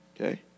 Okay